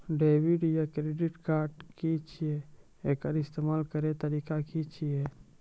Debit या credit card की छियै? एकर इस्तेमाल करैक तरीका की छियै?